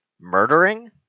murdering